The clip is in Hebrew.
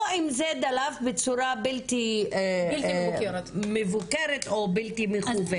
או אם זה דלף בצורה בלתי מבוקרת או בלתי מכוונת.